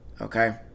Okay